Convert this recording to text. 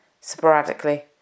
sporadically